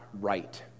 right